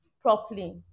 properly